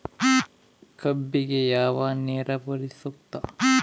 ಕಬ್ಬಿಗೆ ಯಾವ ನೇರಾವರಿ ಸೂಕ್ತ?